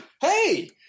Hey